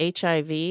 hiv